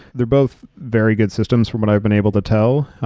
they're both very good systems from what i've been able to tell.